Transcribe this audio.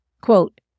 Quote